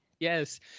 Yes